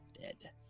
dead